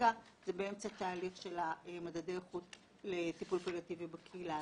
כרגע זה באמצע תהליך של מדדי איכות לטיפול פליאטיבי בקהילה.